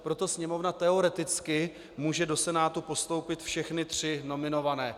Proto Sněmovna teoreticky může do Senátu postoupit všechny tři nominované.